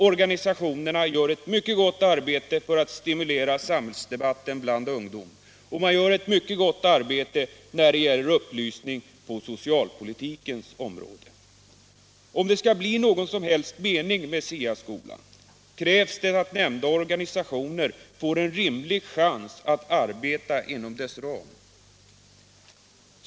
Organisationerna gör ett mycket gott arbete för att stimulera samhällsdebatten bland ungdom och ge upplysning på socialpolitikens område. Om det skall bli någon mening med SIA-skolan, krävs det att nämnda organisationer får en rimlig chans att arbeta inom dess ram.